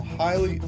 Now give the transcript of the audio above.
highly